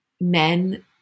men